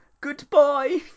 goodbye